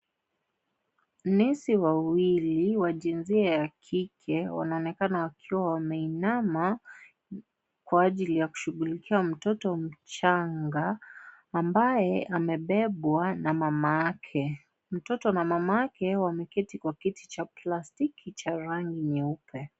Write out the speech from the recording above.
Nurse wawili wa jinsia ya kike wanaonekana wakiwa wameinama kwa ajili ya kushughulikia mtoto mchanga ambaye amebebwa na mama yake. Mtoto na mamake wameketi kwa kiti cha plastiki cha rangi nyeupe.